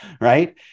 right